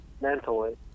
mentally